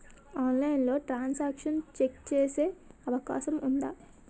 ఆన్లైన్లో transaction check చేసే అవకాశం ఉందా?